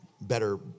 better